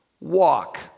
Walk